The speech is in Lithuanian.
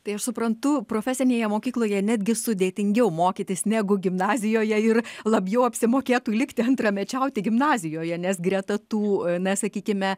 tai aš suprantu profesinėje mokykloje netgi sudėtingiau mokytis negu gimnazijoje ir labiau apsimokėtų likti antramečiauti gimnazijoje nes greta tų na sakykime